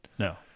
No